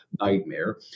nightmare